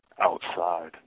Outside